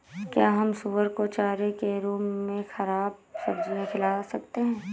क्या हम सुअर को चारे के रूप में ख़राब सब्जियां खिला सकते हैं?